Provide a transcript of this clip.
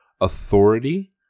authority